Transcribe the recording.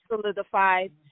solidified